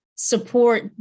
support